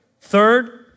Third